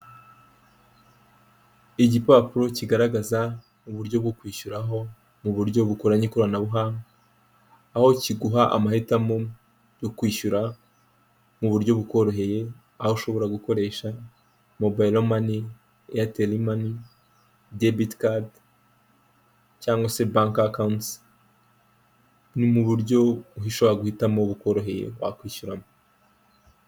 Igipapuro kigaragaza uburyo bwo kwishyuraho mu buryo bukoranye ikoranabuhanga. Aho kiguha amahitamo yo kwishyura mu buryo bukoroheye, aho ushobora gukoresha Mobile money, Airtel money, Debet card cyangwa se Bank account, mu buryo ushobora guhitamo bukoroheye wakwishyuramo.